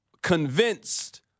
Convinced